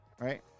Right